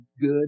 good